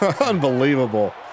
Unbelievable